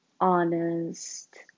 honest